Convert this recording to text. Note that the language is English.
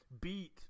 beat